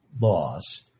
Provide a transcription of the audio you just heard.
laws